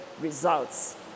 results